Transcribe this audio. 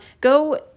Go